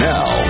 Now